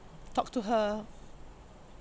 talk to her